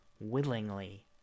willingly